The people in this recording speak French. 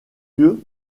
lieu